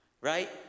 Right